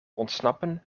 ontsnappen